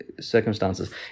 circumstances